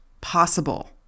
possible